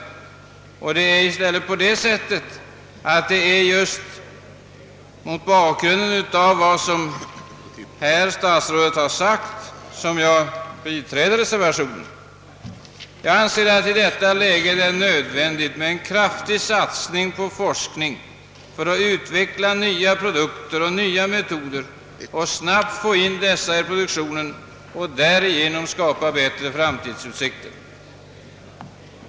Det är tvärtom mot bakgrunden äv vad statsrådet sålunda sagt som jag biträder reservationen. Jag anser att det i detta läge är nödvändigt med en kraftig satsning på forskning för att utveckla nya produkter och nya metoder och för att snabbt få in dessa i produktionen och därigenom skapa bättre framtidsutsikter.